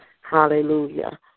hallelujah